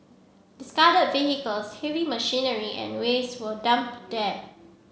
discarded vehicles heavy machinery and waste were dumped there